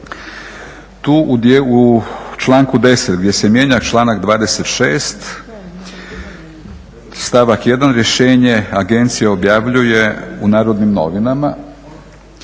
tu u članku 10. gdje se mijenja članak 26. stavak 1. rješenje agencije objavljuje u Narodnim novinama.